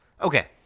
Okay